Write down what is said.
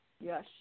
Yes